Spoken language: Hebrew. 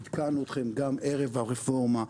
עדכנו אתכם גם ערב הרפורמה,